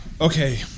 Okay